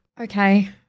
Okay